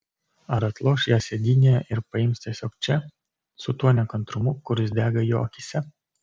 ar atloš ją sėdynėje ir paims tiesiog čia su tuo nekantrumu kuris dega jo akyse